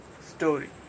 story